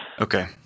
Okay